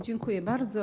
Dziękuję bardzo.